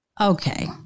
Okay